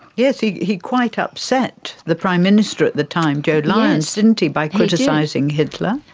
yes, he he quite upset the prime minister at the time, joe lyons, didn't he, by criticising hitler.